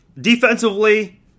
Defensively